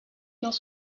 dans